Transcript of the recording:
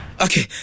Okay